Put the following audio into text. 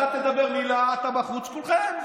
אתה תדבר מילה, אתה בחוץ, כולכם.